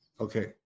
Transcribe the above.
Okay